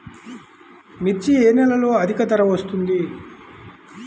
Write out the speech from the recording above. మిర్చి ఏ నెలలో అధిక ధర వస్తుంది?